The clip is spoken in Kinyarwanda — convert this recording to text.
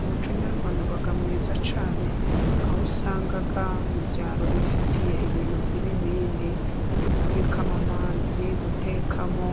Umuco nyarwanda uba mwiza cyane, aho usanga mu byaro bifitiye ibintu by'ibibindi byo kubikamo amazi, gutekamo,